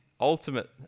ultimate